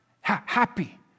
happy